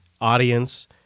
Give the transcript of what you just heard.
audience